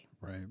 Right